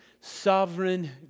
sovereign